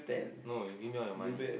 no you give me all your money